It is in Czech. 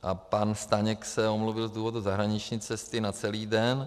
A pan Staněk se omluvil z důvodu zahraniční cesty na celý den.